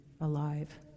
alive